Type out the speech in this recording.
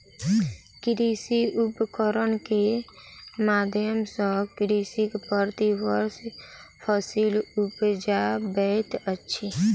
कृषि उपकरण के माध्यम सॅ कृषक प्रति वर्ष फसिल उपजाबैत अछि